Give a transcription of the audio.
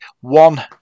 One